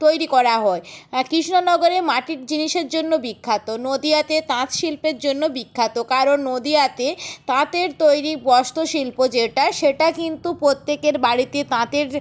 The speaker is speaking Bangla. তৈরি করা হয় কৃষ্ণনগরে মাটির জিনিসের জন্য বিখ্যাত নদীয়াতে তাঁত শিল্পের জন্য বিখ্যাত কারণ নদীয়াতে তাঁতের তৈরি বস্ত্রশিল্প যেটা সেটা কিন্তু প্রত্যেকের বাড়িতে তাঁতের